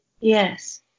Yes